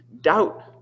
doubt